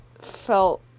felt